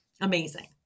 Amazing